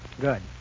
Good